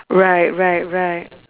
right right right